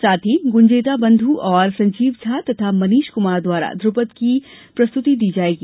साथ ही गुंदेचाबंध् और संजीव झा तथा मनीष कुमार द्वारा ध्रप्रद की प्रस्तुति दी जायेगी